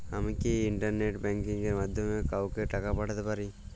আমি কি internet banking এর মাধ্যমে কাওকে টাকা পাঠাতে পারি?